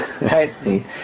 right